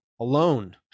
alone